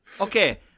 Okay